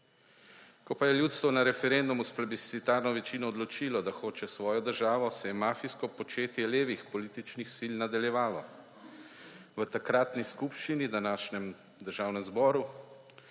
Ko pa je ljudstvo na referendumu s plebiscitarno večino odločilo, da hoče svojo državo, se je mafijsko početje levih političnih sil nadaljevalo. V takratni skupščini, današnjem državnem zboru,